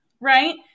Right